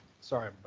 Sorry